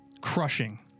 Crushing